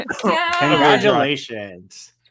Congratulations